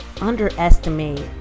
underestimate